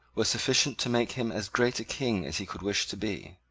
were sufficient to make him as great a king as he could wish to be.